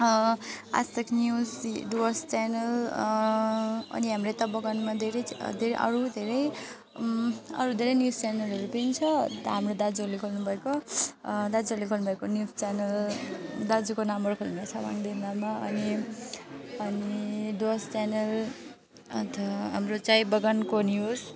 Aaj Tak news Dooars channel अनि हाम्रो यता बगानमा धेरै च धेरै अरू धेरै अरू धेरै न्युज च्यानलहरू पनि छ हाम्रो दाजुहरूले गर्नुभएको दाजुहरूले गर्नुभएको न्युज च्यानल दाजुको नामबाट खोल्नुभएछ वाङ्देन नाममा अनि अनि डुवर्स च्यानल अन्त हाम्रो चियाबगानको न्युज